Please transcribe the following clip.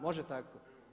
Može tako?